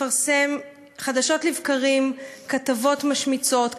מפרסם חדשות לבקרים כתבות משמיצות,